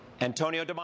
Antonio